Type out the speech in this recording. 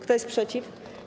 Kto jest przeciw?